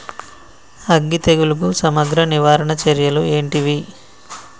అగ్గి తెగులుకు సమగ్ర నివారణ చర్యలు ఏంటివి?